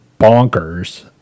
bonkers